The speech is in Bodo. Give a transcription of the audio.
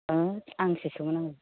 अह आंसो सोंबावनांगौ